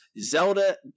Zelda